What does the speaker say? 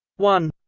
one